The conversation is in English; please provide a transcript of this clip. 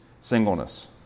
singleness